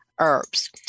herbs